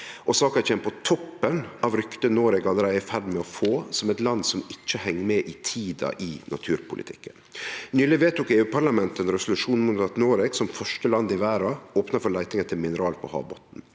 og saka kjem på toppen av ryktet Noreg allereie er i ferd med å få som eit land som ikkje heng med i tida i naturpolitikken. Nyleg vedtok EU-parlamentet ein resolusjon mot at Noreg, som første land i verda, opna for leiting etter mineral på havbotnen.